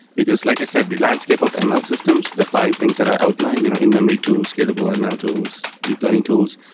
because like i said, the landscape of and ml systems, the five things that i outlined, you know in-memory tools, scalable and ml tools, deep learning tools,